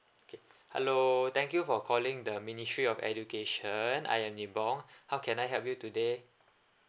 okay hello thank you for calling the ministry of education I am ni bong how can I help you today